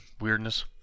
weirdness